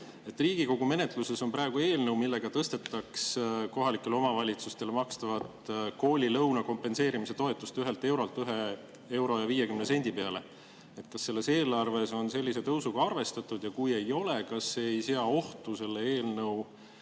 Riigikogu menetluses on praegu eelnõu, millega tõstetaks kohalikele omavalitsustele makstavat koolilõuna kompenseerimise toetust 1 eurolt 1 euro ja 50 sendi peale. Kas selles eelarves on sellise tõusuga arvestatud ja kui ei ole, kas see ei sea ohtu selle eelnõu